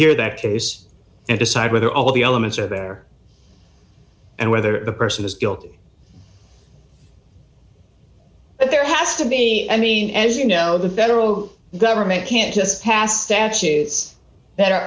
hear their case and decide whether all the elements are there and whether the person is guilty but there has to be i mean as you know the federal government can't just pass statutes that